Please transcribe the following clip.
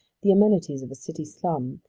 the amenities of a city slum,